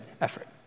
effort